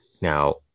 Now